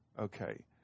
Okay